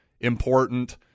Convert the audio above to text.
important